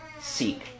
seek